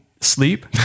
sleep